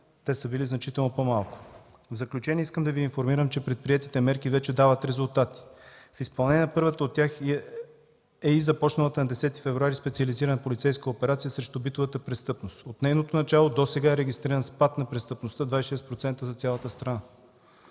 те са били значително по-малко. В заключение искам да Ви информирам, че предприетите мерки вече дават резултати. В изпълнение на първата от тях е и започналата на 10 февруари 2014 г. специализирана полицейска операция срещу битовата престъпност. От нейното начало досега е регистриран спад на престъпността – 26% за цялата страна.